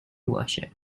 worship